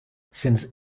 since